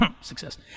success